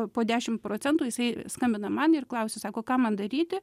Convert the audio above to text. po dešimt procentų jisai skambina man ir klausia sako ką man daryti